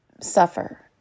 suffer